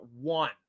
one